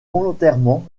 volontairement